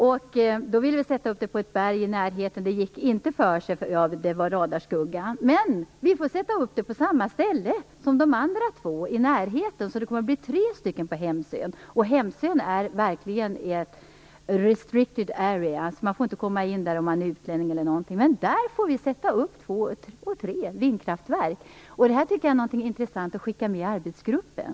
Vi ville sätta upp det på ett berg, men det gick inte för sig eftersom det blev radioskugga. Men vi får sätta upp det på samma ställe som de andra två vindkraftverken. Då blir det tre vindkraftverk på Hemsön. Hemsön är verkligen restricted area. Man får alltså inte tillträde dit om man är utlänning. Men där får vi sätta upp tre vindkraftverk. Det här tycker jag vore intressant att skicka med till arbetsgruppen.